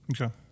Okay